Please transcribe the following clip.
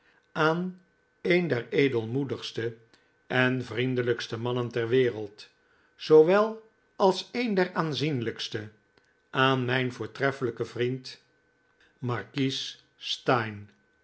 aan een der edelmoedigste en vriendelijkste mannen ter wereld zoowel als een der aanzienlijkste aan mijn voortreffelijken vriend markies steyne